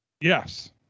yes